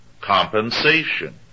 Compensation